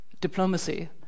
diplomacy